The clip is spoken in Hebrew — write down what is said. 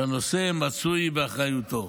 שהנושא מצוי באחריותו.